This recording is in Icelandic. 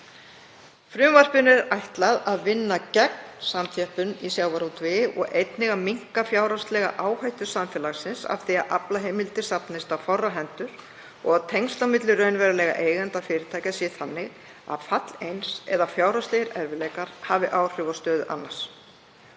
Frumvarpinu er ætlað að vinna gegn samþjöppun í sjávarútvegi og einnig að minnka fjárhagslega áhættu samfélagsins af því að aflaheimildir safnist á fárra hendur og að tengsl á milli raunverulegra eigenda fyrirtækja séu þannig að fall eins eða fjárhagslegir erfiðleikar hafi áhrif á stöðu annars.